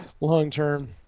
Long-term